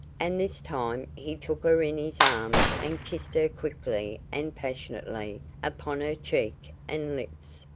and this time he took her in his arms and kissed her quickly and passionately upon her cheek and lips.